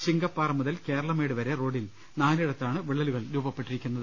ശിങ്കപ്പാറ മുതൽ കേരളമേട് വരെ റോഡിൽ നാലിടത്താണ് വിള്ളലുകൾ രൂപപ്പെട്ടിരിക്കുന്നത്